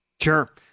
Sure